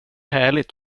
härligt